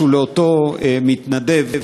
בבקשה, אדוני.